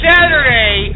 Saturday